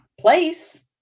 place